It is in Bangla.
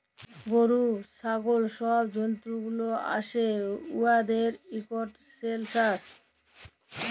গরু, ছাগল ছব জল্তুগুলা আসে উয়াদের ইকট সেলসাস